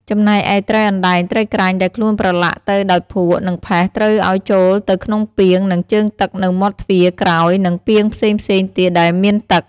ចំណែកឯត្រីអណ្ដែង ត្រីក្រាញ់ ដែលខ្លួនប្រឡាក់ទៅដោយភក់ និងផេះ ត្រូវឲ្យចូលទៅក្នុងពាង និងជើងទឹកនៅមាត់ទ្វារក្រោយ និងពាងផ្សេងៗទៀតដែលមានទឹក។